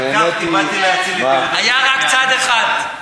היה רק צד אחד.